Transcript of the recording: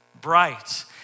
bright